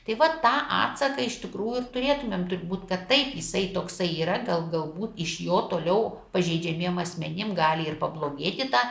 tai vat tą atsaką iš tikrųjų ir turėtumėm turbūt kad taip jisai toksai yra gal galbūt iš jo toliau pažeidžiamiem asmenim gali ir pablogėti ta